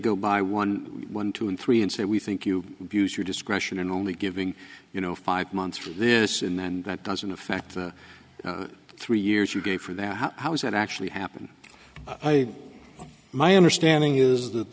go by one one two and three and say we think you use your discretion in only giving you know five months for this in and that doesn't affect the three years you gave for that how does that actually happen i my understanding is that